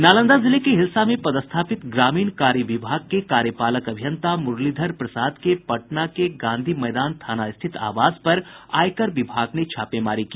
नालंदा जिले के हिलसा में पदस्थापित ग्रामीण कार्य विभाग के कार्यपालक अभियंता मुरलीधर प्रसाद के पटना के गांधी मैदान थाना स्थित आवास पर आयकर विभाग ने छापेमारी की